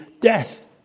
death